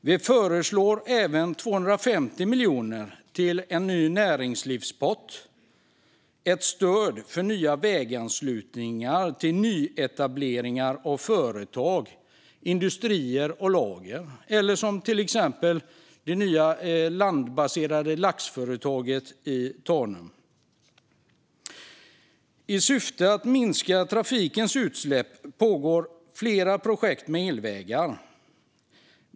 Vi föreslår även 250 miljoner till en ny näringslivspott - ett stöd för nya väganslutningar till nyetablerade företag som industrier och lager eller, till exempel, det nya landbaserade laxföretaget i Tanum. I syfte att minska trafikens utsläpp pågår flera projekt med elvägar.